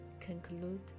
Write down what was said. conclude